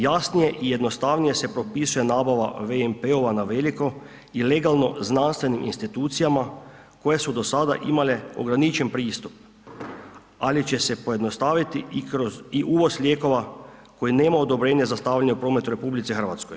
Jasnije i jednostavnije se propisuje nabava VMP-ova na veliko i legalno znanstvenim institucijama koje su do sada imale ograničen pristup ali će se pojednostaviti i uvoz lijekova koji nema odobrenje za stavljanje u promet u RH.